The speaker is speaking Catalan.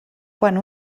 quan